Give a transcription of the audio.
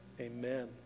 Amen